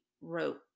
wrote